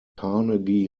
carnegie